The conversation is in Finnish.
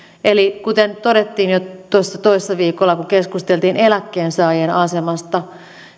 eli kuten todettiin jo tuossa toissa viikolla kun keskusteltiin eläkkeensaajien asemasta